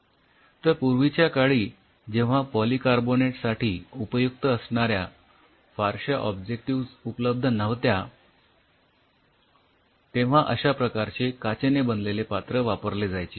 तर पूर्वीच्या काळी जेव्हा पॉलीकार्बोनेट साठी उपयुक्त असणाऱ्या फारश्या ऑब्जेक्टिव्ह उपलब्ध नव्हत्या तेव्हा अश्या प्रकारचे काचेने बनलेले पात्र वापरले जायचे